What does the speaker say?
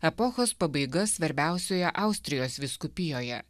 epochos pabaiga svarbiausioje austrijos vyskupijoje